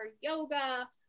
yoga